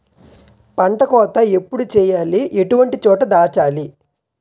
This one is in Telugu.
పంట కోత ఎప్పుడు చేయాలి? ఎటువంటి చోట దాచాలి?